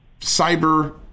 Cyber